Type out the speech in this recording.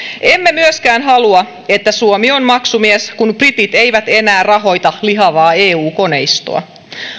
emme myöskään halua että suomi on maksumies kun britit eivät enää rahoita lihavaa eu koneistoa